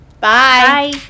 Bye